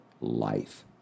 life